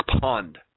Pond